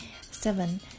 Seven